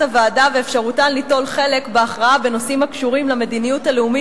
הוועדה ואפשרותן ליטול חלק בהכרעה בנושאים הקשורים למדיניות הלאומית,